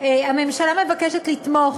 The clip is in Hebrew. הממשלה מבקשת לתמוך,